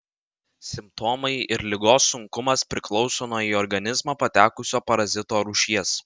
simptomai ir ligos sunkumas priklauso nuo į organizmą patekusio parazito rūšies